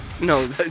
No